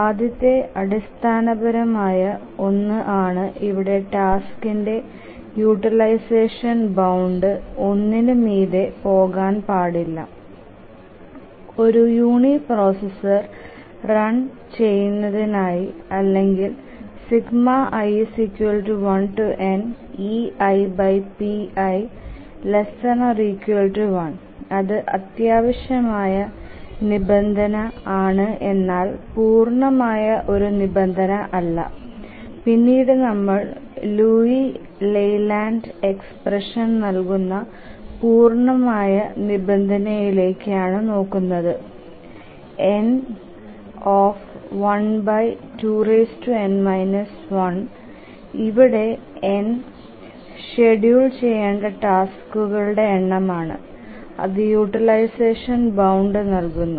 ആദ്യത്തെത് അടിസ്ഥാനപരമായ ഒന്നു ആണ് ഇവിടെ ടാസ്കിന്റെ യൂട്ടിലൈസഷൻ ബൌണ്ട് 1നു മീതെ പോകാൻ പാടില്ല ഒരു യൂണിപ്രോസസ്സർ റൺ ചെയുനത്തിനായി അല്ലെകിൽ ∑i1 to nei pi1 ഇത് അത്യാവശ്യമായ നിബന്ധന ആണ് എന്നാൽ പൂർണമായ ഒരു നിബന്ധന അല്ല പിന്നീട് നമ്മൾ ലിയു ലെയ്ലാൻഡ് എക്സ്പ്രഷൻ നൽകുന്ന പൂർണമായ നിബന്ധനയിലേക്കു ആണ് നോക്കുന്നത് n12n 1 ഇവിടെ n ഷ്ഡ്യൂൾ ചെയ്യണ്ട ടാസ്കുകളുടെ എണം ആണ് അതു യൂട്ടിലൈസഷൻ ബൌണ്ട് നൽകുന്നു